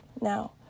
now